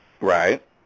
Right